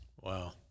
Wow